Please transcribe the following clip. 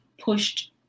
pushed